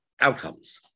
outcomes